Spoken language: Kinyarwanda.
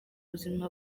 ubuzima